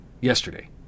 yesterday